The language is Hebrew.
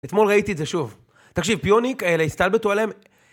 אתמול ראיתי את זה שוב. תקשיב, פיוניק, הסתלבטו עליהם